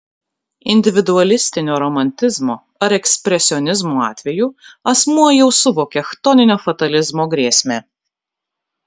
individualistinio romantizmo ar ekspresionizmo atveju asmuo jau suvokia chtoninio fatalizmo grėsmę